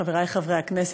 חברי חברי הכנסת,